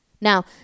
Now